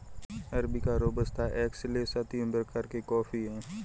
arabica robusta excelsa तीन प्रकार के कॉफी हैं